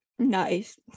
nice